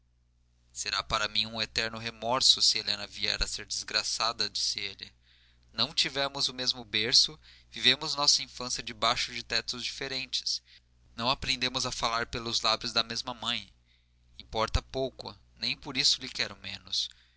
será para mim um eterno remorso se helena vier a ser desgraçada disse ele não tivemos o mesmo berço vivemos nossa infância debaixo de teto diferente não aprendemos a falar pelos lábios da mesma mãe importa pouco nem por isso lhe quero menos